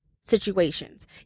situations